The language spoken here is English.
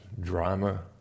drama